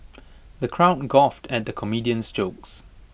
the crowd guffawed at the comedian's jokes